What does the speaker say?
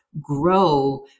grow